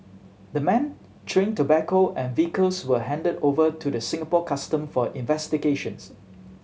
the men chewing tobacco and vehicles were handed over to the Singapore Custom for investigations